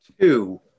Two